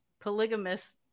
polygamous